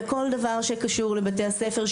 בכל דבר שקשור לבתי הספר,